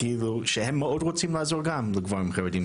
שהם מאוד רוצים לעזור גם לגברים חרדיים,